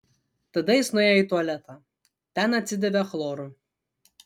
tada jis nuėjo į tualetą ten atsidavė chloru